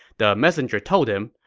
the messenger told him,